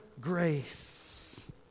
grace